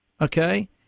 Okay